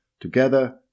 Together